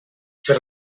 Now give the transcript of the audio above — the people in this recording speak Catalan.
per